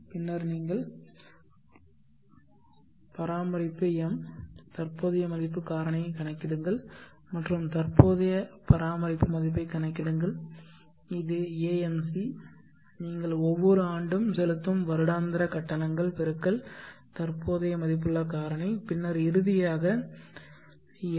பின்னர் நீங்கள் M பராமரிப்பு தற்போதைய மதிப்புக் காரணியைக் கணக்கிடுங்கள் மற்றும் தற்போதைய பராமரிப்பு மதிப்பைக் கணக்கிடுங்கள் இது ஏஎம்சி நீங்கள் ஒவ்வொரு ஆண்டும் செலுத்தும் வருடாந்திர கட்டணங்கள் × தற்போதைய மதிப்புள்ள காரணி பின்னர் இறுதியாக எல்